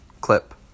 clip